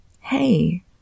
Hey